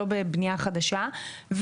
לא בבנייה חדשה,